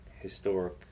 historic